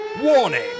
Warning